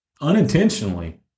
unintentionally